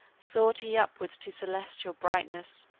soared he upwards to celestial brightness,